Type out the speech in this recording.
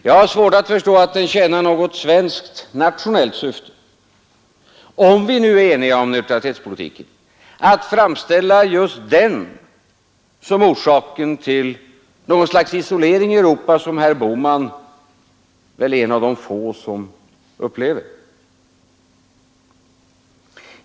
Jag har svårt att förstå att det tjänar något svenskt nationellt syfte, om vi nu är eniga om neutralitetspolitiken, att framställa just den som orsaken till något slags isolering i Europa, som herr Bohman väl är en av de få som upplever.